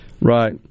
Right